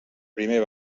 primer